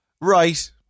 Right